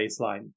baseline